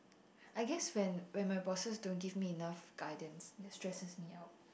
I guess when when my bosses don't give me enough guidance that stresses me out